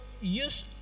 use